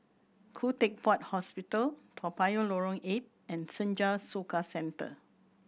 Khoo Teck Puat Hospital Toa Payoh Lorong Eight and Senja Soka Centre